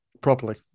properly